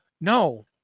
no